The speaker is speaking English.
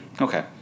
Okay